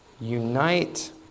unite